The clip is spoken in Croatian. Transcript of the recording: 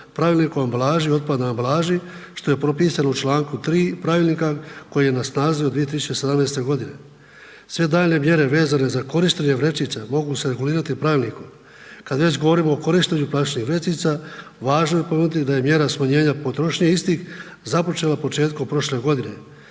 Pravilnikom o ambalaži i otpadnoj ambalaži, što je propisano u čl. 3. Pravilnika koji je na snazi od 2017. g. Sve daljnje mjere vezane za korištenje vrećica, mogu se regulirati pravilnikom. Kad već govorimo o korištenju vrećica, važno je spomenuti da je mjera smanjenja potrošnje istih započela početkom prošle godine.